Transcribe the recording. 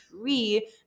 free